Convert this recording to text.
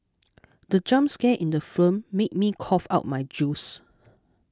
the jump scare in the film made me cough out my juice